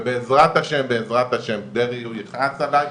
ובעזרת השם, גרי יכעס עלי,